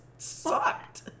sucked